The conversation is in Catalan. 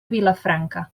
vilafranca